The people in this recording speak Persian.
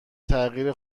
تغییر